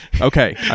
Okay